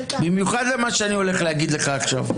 במיוחד למה שאני הולך להגיד לך עכשיו.